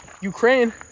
Ukraine